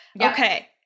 Okay